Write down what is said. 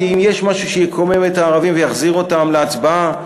כי אם יש משהו שיקומם את הערבים ויחזיר אותם להצבעה,